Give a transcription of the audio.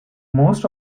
most